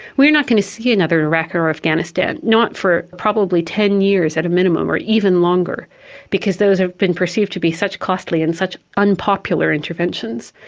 we are not going to see another iraq or or afghanistan, not for probably ten years at a minimum or even longer because those have been perceived to be such costly and such unpopular interventions.